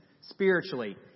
spiritually